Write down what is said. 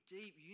deep